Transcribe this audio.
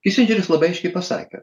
įsigilins labai aiškiai pasakė